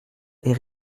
est